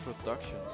Productions